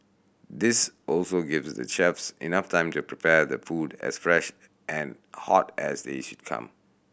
this also gives the chefs enough time to prepare the food as fresh and hot as they should come